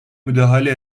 müdahale